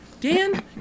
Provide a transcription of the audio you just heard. Dan